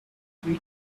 three